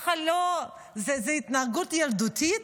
זו התנהגות ילדותית